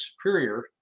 Superior